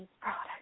products